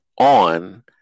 on